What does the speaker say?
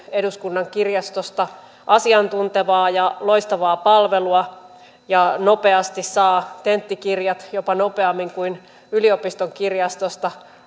eduskunnan kirjastosta löytyy asiantuntevaa ja loistavaa palvelua ja saa tenttikirjat nopeasti jopa nopeammin kuin yliopiston kirjastosta